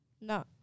no